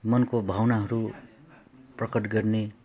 मनको भावनाहरू प्रकट गर्ने